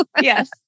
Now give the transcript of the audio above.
Yes